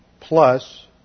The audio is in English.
plus